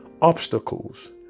obstacles